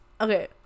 Okay